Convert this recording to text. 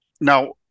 Now